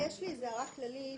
יש לי הערה כללית,